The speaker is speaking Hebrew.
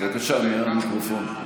בבקשה, מהמיקרופון.